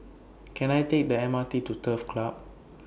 Can I Take The M R T to Turf Club